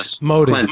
Modi